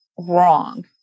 Wrong